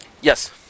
Yes